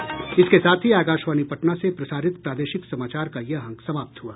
इसके साथ ही आकाशवाणी पटना से प्रसारित प्रादेशिक समाचार का ये अंक समाप्त हुआ